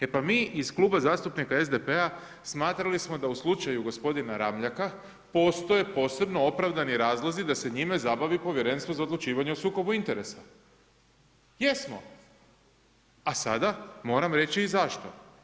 E pa mi iz Kluba zastupnika SDP-a smatrali smo da u slučaju gospodina RAmljaka postoje posebno opravdani razlozi da se njime zabavi Povjerenstvo za odlučivanje o sukobu interesa, jesmo, a sada moram reći i zašto.